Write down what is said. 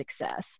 success